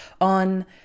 on